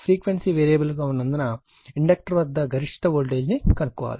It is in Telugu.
ఫ్రీక్వెన్సీ వేరియబుల్ గా ఉన్నందున ఇండక్టర్ వద్ద గరిష్ట వోల్టేజ్ను కనుగొనండి